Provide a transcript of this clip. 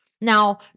Now